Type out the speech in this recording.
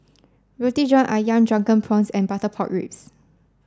Roti John Ayam Drunken Prawns and Butter Pork Ribs